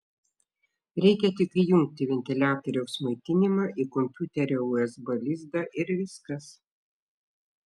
reikia tik įjungti ventiliatoriaus maitinimą į kompiuterio usb lizdą ir viskas